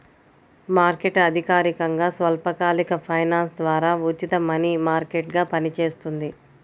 market అధికారికంగా స్వల్పకాలిక finance ద్వారా ఉచిత మనీ మార్కెట్గా పనిచేస్తుంది